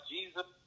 Jesus